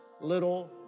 little